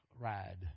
ride